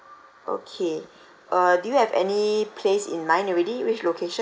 okay uh do you have any place in mind already which location